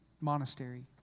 monastery